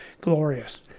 glorious